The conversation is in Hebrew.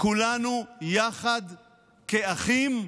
כולנו יחד כאחים,